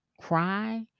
cry